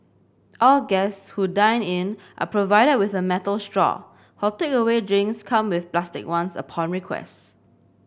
all guests who dine in are provided with a metal straw while takeaway drinks come with plastic ones upon request